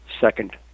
second